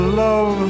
love